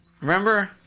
Remember